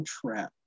Trap